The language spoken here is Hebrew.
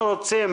אנחנו רוצים,